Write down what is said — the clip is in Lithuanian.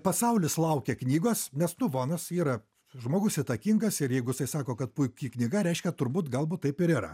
pasaulis laukia knygos nes nu vonas yra žmogus įtakingas ir jeigu jisai sako kad puiki knyga reiškia turbūt galbūt taip ir yra